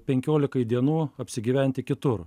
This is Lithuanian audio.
penkiolikai dienų apsigyventi kitur